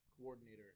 coordinator